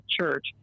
church